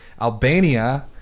Albania